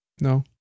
no